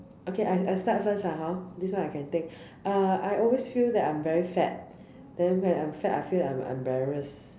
okay I I start first lah hor this one I can take uh I always feel that I'm fat then when I'm fat I feel like I'm embarrassed